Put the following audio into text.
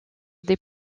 des